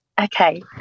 okay